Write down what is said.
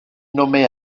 nommé